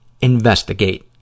investigate